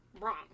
Wrong